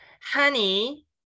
honey